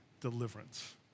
deliverance